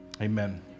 Amen